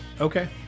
Okay